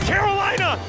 Carolina